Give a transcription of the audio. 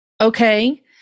okay